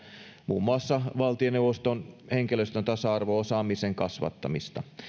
muun muassa valtioneuvoston henkilöstön tasa arvo osaamisen kasvattamista